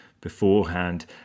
beforehand